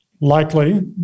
likely